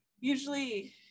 usually